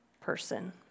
person